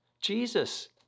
Jesus